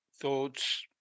thoughts